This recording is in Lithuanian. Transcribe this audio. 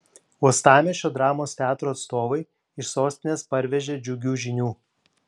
uostamiesčio dramos teatro atstovai iš sostinės parvežė džiugių žinių